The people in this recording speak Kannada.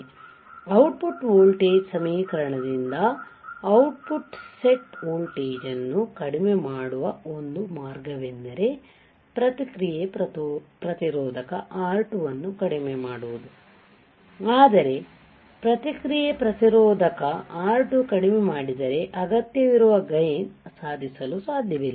ಆದ್ದರಿಂದ ಔಟ್ ಪುಟ್ ವೋಲ್ಟೇಜ್ ಸಮೀಕರಣದಿಂದ output offset voltage ಅನ್ನು ಕಡಿಮೆ ಮಾಡುವ ಒಂದು ಮಾರ್ಗವೆಂದರೆ ಪ್ರತಿಕ್ರಿಯೆ ಪ್ರತಿರೋಧಕ R2 ಅನ್ನು ಕಡಿಮೆ ಮಾಡುವುದು ಆದರೆ ಪ್ರತಿಕ್ರಿಯೆ ಪ್ರತಿರೋಧಕ R2 ಕಡಿಮೆ ಮಾಡಿದರೆ ಅಗತ್ಯವಿರುವ ಗೈನ್ ಸಾಧಿಸಲು ಸಾಧ್ಯವಿಲ್ಲ